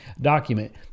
document